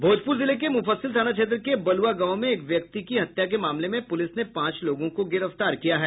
भोजपुर जिले के मुफस्सिल थाना क्षेत्र के बलुआ गांव में एक व्यक्ति की हत्या के मामले में पुलिस ने पाच लोगों को गिरफ्तार किया है